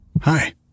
Hi